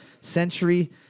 century